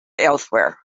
elsewhere